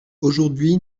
aujourd’hui